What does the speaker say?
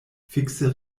fikse